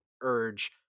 urge